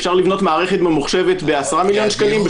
אפשר לבנות מערכת ממוחשבת ב-10 מיליון שקלים,